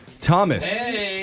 Thomas